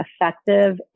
effective